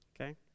okay